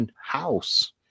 house